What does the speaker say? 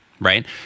Right